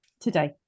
Today